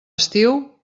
estiu